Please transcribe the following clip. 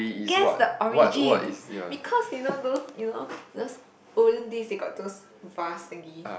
guess the origin because you know those you know those olden days they got those vase thingy